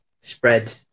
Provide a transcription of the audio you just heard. spread